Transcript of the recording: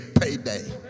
payday